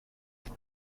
vous